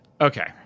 Okay